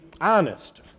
honest